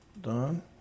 done